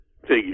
figure